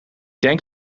denk